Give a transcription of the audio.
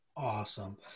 Awesome